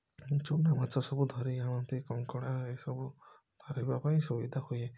ଚୁନା ମାଛ ସବୁ ଧରି ଆଣନ୍ତି କଙ୍କଡ଼ା ଏସବୁ ଧରିବା ପାଇଁ ସୁବିଧା ହୁଏ